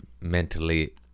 mentally